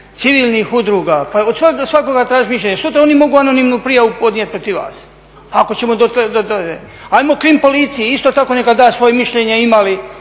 civilnih udruga, pa od svakoga tražiti mišljenje. sutra oni mogu anonimnu prijavu podnijeti protiv vas, ako ćemo tako. Ajmo o KRIM policiji isto tako neka da svoje mišljenje ima